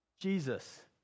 jesus